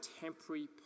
temporary